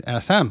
SM